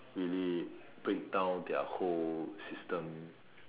really breakdown their whole system